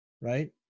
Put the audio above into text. right